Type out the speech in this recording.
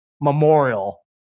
Memorial